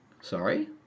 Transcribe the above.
Sorry